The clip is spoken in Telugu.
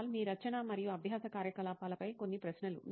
కునాల్ మీ రచన మరియు అభ్యాస కార్యకలాపాలపై కొన్ని ప్రశ్నలు